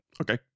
Okay